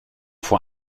vor